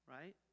Right